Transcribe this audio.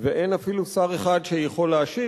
ואין אפילו שר אחד שיכול להשיב,